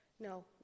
No